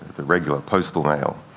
the regular postal mail,